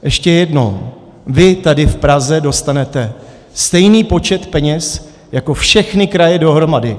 Ještě jednou: vy tady v Praze dostanete stejný počet peněz jako všechny kraje dohromady.